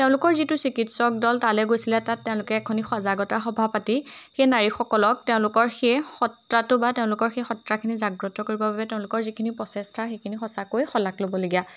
তেওঁলোকৰ যিটো চিকিৎসক দল তালে গৈছিলে তাত তেওঁলোকে এখনি সজাগতা সভা পাতি সেই নাৰীসকলক তেওঁলোকৰ সেই সত্ত্বাটো বা তেওঁলোকৰ সেই সত্ত্বাখিনি জাগ্ৰত কৰিবৰ বাবে তেওঁলোকৰ যিখিনি প্ৰচেষ্টা সেইখিনি সঁচাকৈ শলাগ ল'বলগীয়া